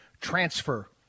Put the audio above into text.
transfer